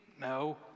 No